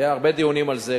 היו הרבה דיונים על זה,